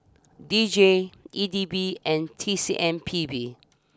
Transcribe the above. D J E D B and T C M P B